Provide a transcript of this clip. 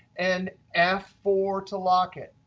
and f four to lock it.